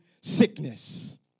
sickness